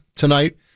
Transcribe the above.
tonight